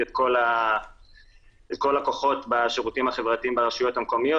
את כל הכוחות בשירותים החברתיים ברשויות המקומיות,